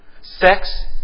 Sex